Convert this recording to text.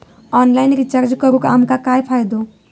Online recharge करून आमका काय फायदो?